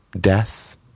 death